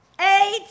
eight